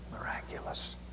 miraculous